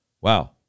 Wow